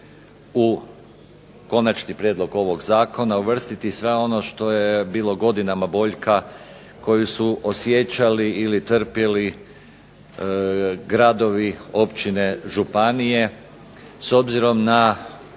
u konačni prijedlog ovog zakona uvrstiti sve ono što je bilo godinama boljka koju su osjećali ili trpjeli gradovi, općine, županije s obzirom na